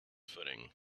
footing